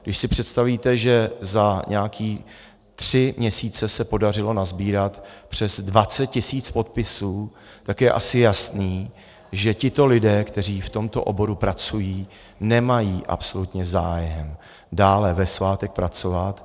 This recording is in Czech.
Když si představíte, že za nějaké tři měsíce se podařilo nasbírat přes 20 tisíc podpisů, tak je asi jasné, že tito lidé, kteří v tomto oboru pracují, nemají absolutně zájem dále ve svátek pracovat.